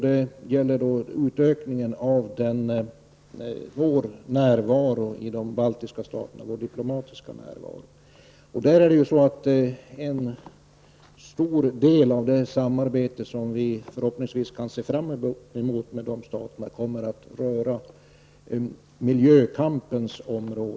Det gäller utökningen av vår diplomatiska närvaro i de baltiska staterna. En stor del av det samarbete som vi förhoppningsvis kan se fram emot med dessa stater kommer att röra miljökampen.